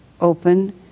open